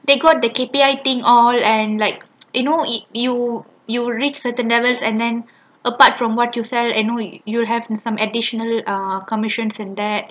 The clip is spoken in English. they got the K_P_I thing all and like you know you you will reach certain level and then apart from what you sell annually you'll have some additional uh commissions and that